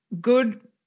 good